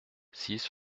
six